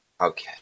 Okay